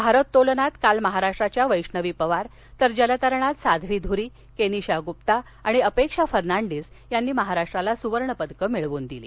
भारोत्तोलनात काल महाराष्ट्राच्या वैष्णवी पवार तर जलतरणात साध्वी धुरी केनिषा गुप्ता आणि अपेक्षा फर्नांडीस यांनी महाराष्ट्राला सुवर्णपदकं मिळवून दिली